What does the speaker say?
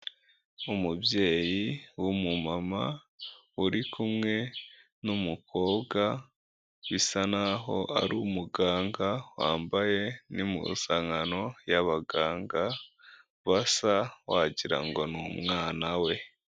Umubyeyi w'umumama uri kumwe n'umukobwa bisa naho ari umuganga wambaye ni mu rusanganoo y'abaganga basa, wagirango n' umwanawana we.